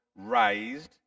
raised